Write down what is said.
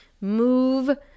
move